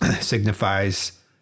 signifies